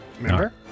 Remember